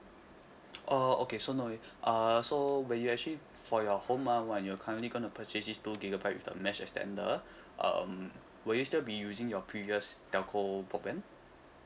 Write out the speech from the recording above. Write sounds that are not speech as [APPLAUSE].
uh okay so no worry uh so when you actually for your home ah one your currently going to purchase this two gigabyte with the mesh extender [BREATH] um will you still be using your previous telco broadband